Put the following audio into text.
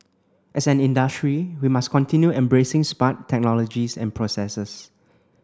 as an industry we must continue embracing smart technologies and processes